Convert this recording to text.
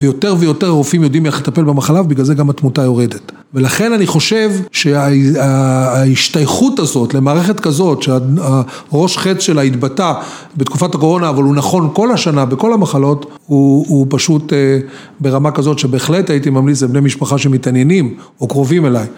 ויותר ויותר רופאים יודעים איך לטפל במחלה, בגלל זה גם התמותה יורדת. ולכן אני חושב שההשתייכות הזאת למערכת כזאת, שהראש חץ שלה התבטא בתקופת הקורונה, אבל הוא נכון כל השנה, בכל המחלות, הוא פשוט ברמה כזאת, שבהחלט הייתי ממליץ לבני משפחה שמתעניינים או קרובים אליי.